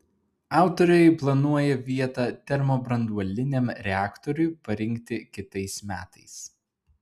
autoriai planuoja vietą termobranduoliniam reaktoriui parinkti kitais metais